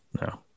no